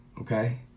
Okay